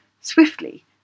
swiftly